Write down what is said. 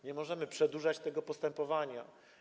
Nie możemy przedłużać tego postępowania.